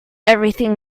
everything